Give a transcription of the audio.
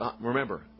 Remember